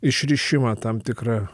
išrišimą tam tikrą